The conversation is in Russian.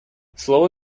слово